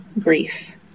grief